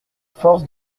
force